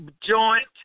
joint